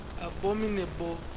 abominable